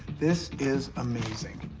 this is amazing.